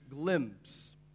glimpse